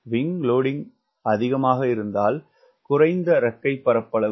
அதிக wing loading என்றால் குறைந்த இறக்கைப் பரப்பளவு